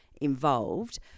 involved